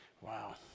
Wow